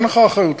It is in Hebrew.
אין לך אחריות,